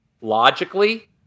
Logically